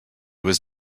was